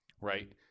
right